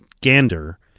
Gander